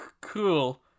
cool